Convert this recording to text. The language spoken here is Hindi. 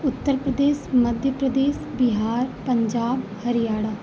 उत्तर प्रदेश मध्य प्रदेश बिहार पंजाब हरियाणा